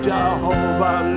Jehovah